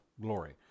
glory